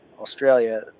australia